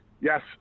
Yes